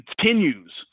continues –